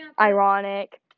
ironic